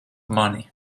mani